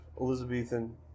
Elizabethan